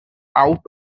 out